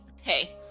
hey